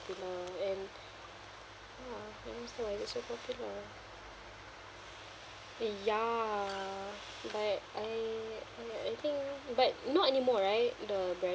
popular and ya I don't understand why is it so popular uh ya but I I I think but not anymore right the brand